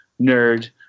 nerd